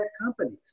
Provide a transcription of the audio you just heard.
companies